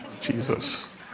Jesus